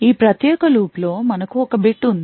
ఈ ప్రత్యేక లూప్లో మనకు ఒక bit ఉంది